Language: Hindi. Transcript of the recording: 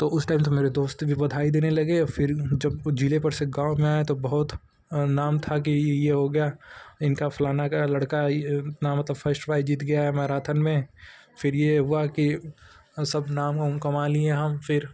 तो उस टाइम तो मेरे दोस्त भी बधाई देने लगे और फिर जब जिले पर से गाँव में आया तब बहुत नाम था कि यह हो गया इनका फलाँ का लड़का यह अपना मतलब फ़र्स्ट प्राइज़ जीत गया है मैराथन में फिर यह हुआ कि सब नाम उम कमा लिए हम फिर